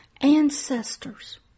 ancestors